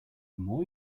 more